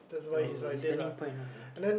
you're his turning point uh okay